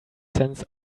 sense